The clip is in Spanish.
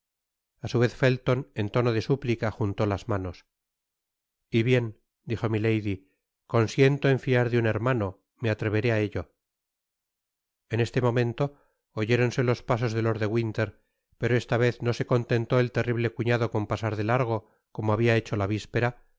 a su vez felton en tono de súplica juntó las manos y bien dijo milady consiento en fiar de un hermano me atreveré á ello en este momento oyéronse los pasos de lord de winter pero esta vez no se contentó el torrible cuñado con pasar de largo como habia hecho la vispera